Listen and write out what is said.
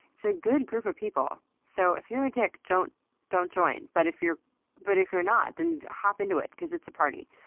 it's a good group of people, so if you're a dick, don't don't join, but if you're but if you're not, then hop into it because it's a party.